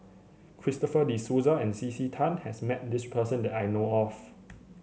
Christopher De Souza and C C Tan has met this person that I know of